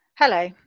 Hello